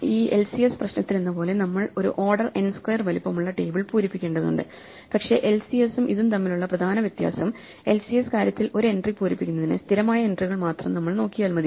ഈ LCS പ്രശ്നത്തിലെന്നപോലെ നമ്മൾ ഒരു ഓർഡർ n സ്ക്വയർ വലിപ്പമുള്ള ടേബിൾ പൂരിപ്പിക്കേണ്ടതുണ്ട് പക്ഷേ LCS ഉം ഇതും തമ്മിലുള്ള പ്രധാന വ്യത്യാസം LCS കാര്യത്തിൽ ഒരു എൻട്രി പൂരിപ്പിക്കുന്നതിന് സ്ഥിരമായ എൻട്രികൾ മാത്രം നമ്മൾ നോക്കിയാൽ മതി